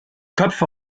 köpfe